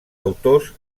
autors